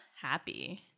happy